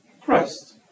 Christ